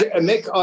Nick